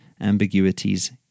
ambiguities